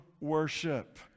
worship